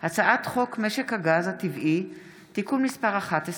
הצעת חוק משק הגז הטבעי (תיקון מס' 11),